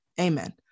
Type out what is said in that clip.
Amen